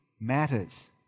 matters